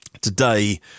today